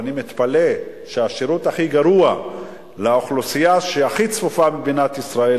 ואני מתפלא שהשירות הכי גרוע ניתן לאוכלוסייה הכי צפופה במדינת ישראל.